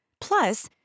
Plus